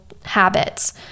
Habits